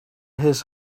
his